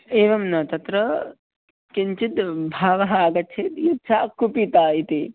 एवं न तत्र किञ्चित् भावः आगच्छेत् सा कुपिता इति